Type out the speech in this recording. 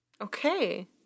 Okay